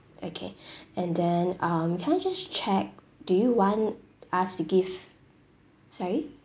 okay and then um can I just check do you want us to give sorry